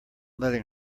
letting